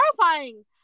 terrifying